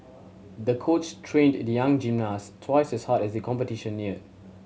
the coach trained the young gymnast twice as hard as competition neared